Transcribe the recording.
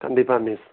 கண்டிப்பாக மிஸ்